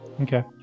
Okay